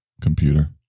computer